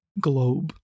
globe